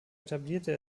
etablierte